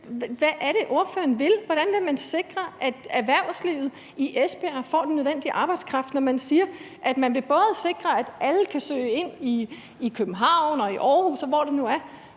Hvad er det, ordføreren vil? Hvordan vil man sikre, at erhvervslivet i Esbjerg får den nødvendige arbejdskraft, når man siger, at man både vil sikre, at alle kan søge ind i København og i Aarhus, og hvor det nu er,